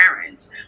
parents